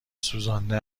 سوزانده